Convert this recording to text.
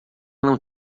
não